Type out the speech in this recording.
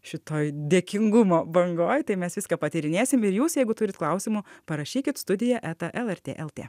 šitoj dėkingumo bangoj tai mes viską patyrinėsim ir jūs jeigu turit klausimų parašykit studija eta lrt lt